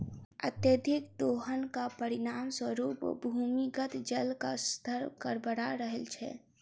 अत्यधिक दोहनक परिणाम स्वरूप भूमिगत जलक स्तर गड़बड़ा रहल छै